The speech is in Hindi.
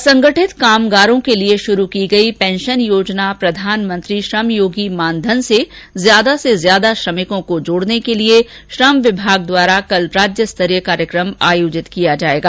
असंगठित कामगारों के लिए शुरु की गई पेंशन योजना प्रधानमंत्री श्रम योगी मानधन से ज्यादा से ज्यादा श्रमिकों को जोड़ने के लिए श्रम विभाग द्वारा कल राज्य स्तरीय कार्यक्रम का आयोजन किया जायेगा